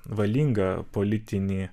valingą politinį